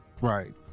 right